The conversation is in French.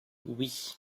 oui